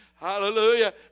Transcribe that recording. Hallelujah